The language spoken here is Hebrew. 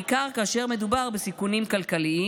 בעיקר כאשר מדובר בסיכונים כלכליים,